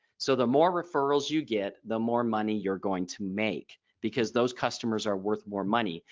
so the more referrals you get the more money you're going to make because those customers are worth more money.